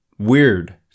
weird